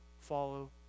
follow